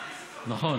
נכון.